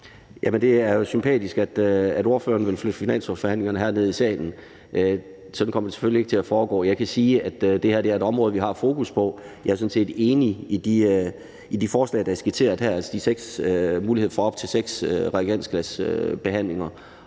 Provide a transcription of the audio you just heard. Det er jo sympatisk, at ordføreren vil flytte finanslovsforhandlingerne herned i salen, men sådan kommer det selvfølgelig ikke til at foregå. Jeg kan sige, at det her er et område, vi har fokus på. Jeg er sådan set enig i de forslag, der er skitseret her, altså muligheden for at få op til seks reagensglasbehandlinger